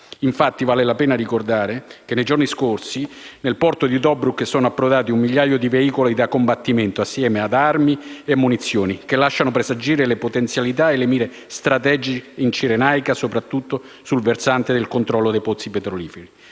Vale la pena ricordare che nei giorni scorsi sono approdati nel porto di Tobruk un migliaio di veicoli da combattimento insieme ad armi e munizioni, che lasciano presagire le potenzialità e le mire strategiche in Cirenaica, soprattutto sul versante del controllo dei pozzi petroliferi.